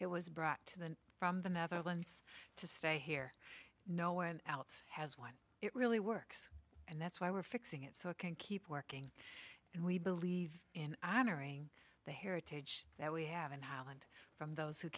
it was brought to the from the netherlands to stay here no one else has one it really works and that's why we're fixing it so it can keep working and we believe in einar eying the heritage that we have in holland from those who